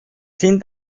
sind